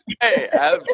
Hey